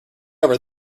over